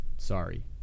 Sorry